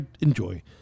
enjoy